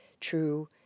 true